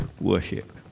worship